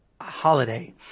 Holiday